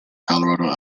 colorado